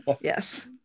Yes